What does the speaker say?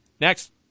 Next